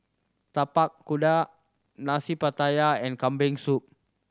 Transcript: Tapak Kuda Nasi Pattaya and Kambing Soup